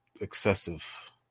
excessive